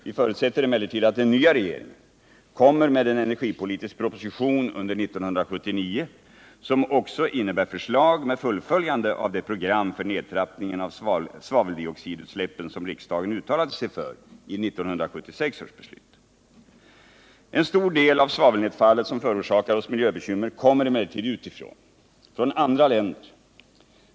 Vi förutsätter emellertid att den nya regeringen kommer med en energipolitisk proposition under 1979, som också innehåller förslag till fullföljande av det program för nedtrappningen av svaveldioxidutsläppen som riksdagen uttalade sig för i 1976 års beslut. En stor del av svavelnedfallet, som förorsakar oss miljöbekymmer, kommer emellertid utifrån — från andra länder.